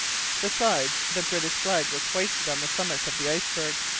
besides, the british flag was hoisted on the summit of the iceberg,